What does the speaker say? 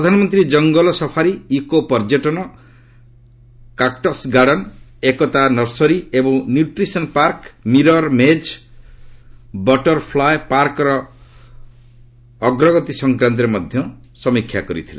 ପ୍ରଧାନମନ୍ତ୍ରୀ ଜଙ୍ଗଲ safari eco ପର୍ଯ୍ୟଟନ କାର୍ଟସ ଗାର୍ଡନ ଏକତା ନର୍ସରୀ ଏବଂ ନ୍ୟୁଟ୍ରିସନ ପାର୍କ ମିରର ମେଟ ଓ ବଟରଫ୍ଲାଏ ପାର୍କ ପ୍ରକଳ୍ପର ଅଗ୍ରଗତି ସଂକ୍ରାନ୍ତରେ ସମୀକ୍ଷା କରିଥିଲେ